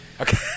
Okay